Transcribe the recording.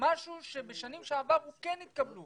משהו שבשנים שעברו כן ניתן.